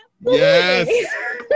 Yes